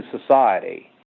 society